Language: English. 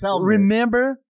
remember